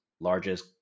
Largest